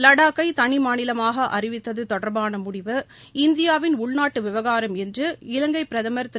லடாக்கை தனிமாநிலமாக அறிவித்தது தொடர்பான முடிவு இந்தியாவின் உள்நாட்டு விவகாரம் என்று இலங்கை பிரதமர் திரு